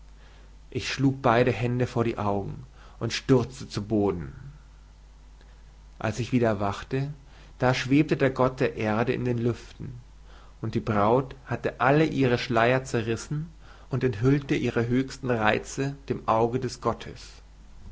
ich schlug beide hände vor die augen und stürzte zu boden als ich wieder erwachte da schwebte der gott der erde in den lüften und die braut hatte alle ihre schleier zerrissen und enthüllte ihre höchsten reize dem auge des gottes